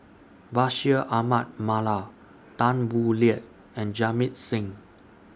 Bashir Ahmad Mallal Tan Boo Liat and Jamit Singh